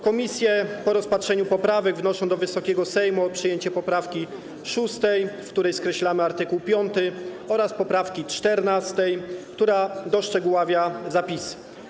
Komisje po rozpatrzeniu poprawek wnoszą do Wysokiego Sejmu o przyjęcie poprawki 6., w której skreślamy art. 5, oraz poprawki 14., która uszczegóławia zapisy.